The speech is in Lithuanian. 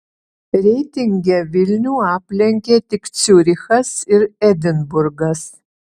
reitinge vilnių aplenkė tik ciurichas ir edinburgas